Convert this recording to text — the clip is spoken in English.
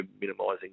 minimising